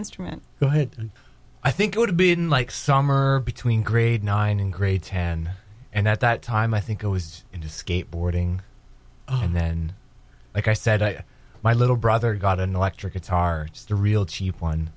instrument you had i think it would have been like summer between grade nine and grade ten and at that time i think i was into skateboarding and then like i said i my little brother got an electric guitar just a real cheap one